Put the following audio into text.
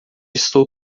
estou